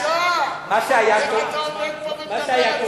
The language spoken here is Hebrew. איך אתה עומד פה ומדבר על זה,